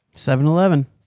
7-Eleven